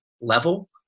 level